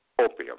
opium